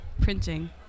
printing